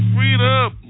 Freedom